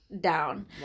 down